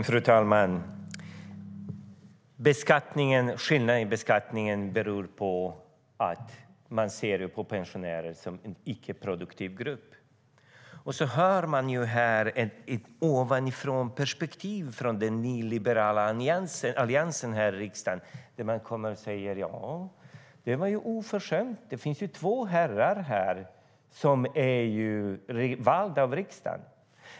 Fru talman! Skillnaden i beskattningen beror på att man ser på pensionärer som en icke-produktiv grupp. Vi hör här ett ovanifrånperspektiv från den nyliberala Alliansen här i riksdagen när de säger: Det finns ju två herrar här som är invalda i riksdagen.